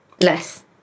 Less